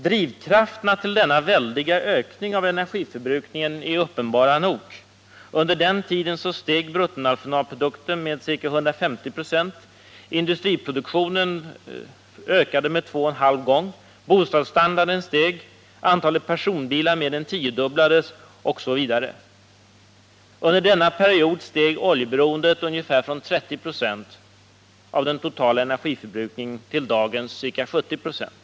Drivkrafterna till denna väldiga ökning av energiförbrukningen är uppenbara nog: under den tiden steg bruttonationalprodukten med ca 150 96, industriproduktionen ökade två och en halv gång, bostadsstandarden steg, antalet personbilar mer än tiodubblades osv. Under denna period steg oljeberoendet från ungefär 30 96 av den totala energiförbrukningen till dagens ca 70 96.